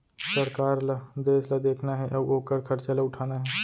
सरकार ल देस ल देखना हे अउ ओकर खरचा ल उठाना हे